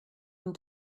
and